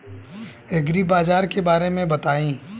एग्रीबाजार के बारे में बताई?